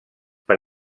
per